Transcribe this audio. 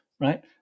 Right